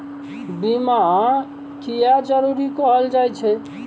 बीमा किये जरूरी कहल जाय छै?